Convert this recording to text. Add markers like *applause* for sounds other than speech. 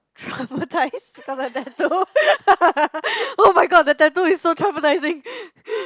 traumatized *laughs* because I have tattoo *laughs* [oh]-my-god the tattoo is so traumatizing *breath*